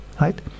right